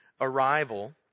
arrival